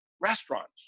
restaurants